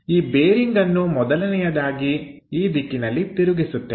ಈ ಬೇರಿಂಗ್ ಅನ್ನು ಮೊದಲನೆಯದಾಗಿ ಈ ದಿಕ್ಕಿನಲ್ಲಿ ತಿರುಗಿಸುತ್ತೇವೆ